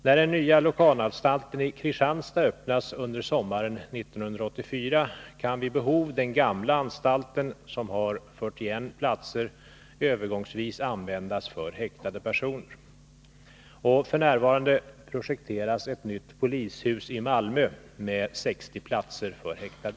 När den nya lokalanstalten i Kristianstad öppnas under sommaren 1984, kan vid behov den gamla anstalten, som har 41 platser, övergångsvis användas för häktade personer. F. n. projekteras ett nytt polishus i Malmö med 60 platser för häktade.